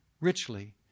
richly